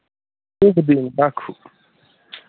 ठीक छै राखू जय हिन्द